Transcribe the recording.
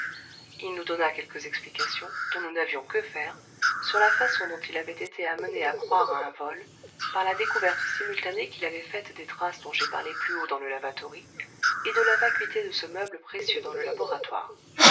il nous donna quelques explications dont nous n'avions que faire sur la façon dont il avait été amené à croire à un vol par la découverte simultanée qu'il avait faite des traces dont j'ai parlé plus haut dans le lavatory et de la vacuité de ce meuble précieux dans le laboratoire